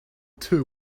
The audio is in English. too